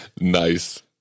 Nice